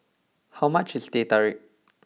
how much is Teh Tarik